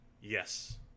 Yes